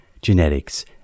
genetics